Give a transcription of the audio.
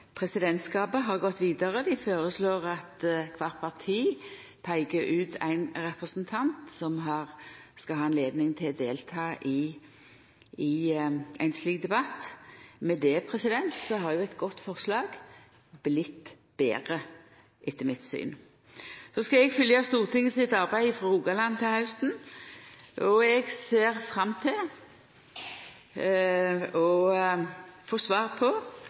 Presidentskapet har gått vidare. Dei føreslår at kvart parti peiker ut ein representant som skal ha høve til å delta i ein slik debatt. Med dette har eit godt forslag vorte betre, etter mitt syn. Eg skal følgja Stortinget sitt arbeid frå Rogaland til hausten. Eg ser fram til å få svar på: